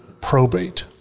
probate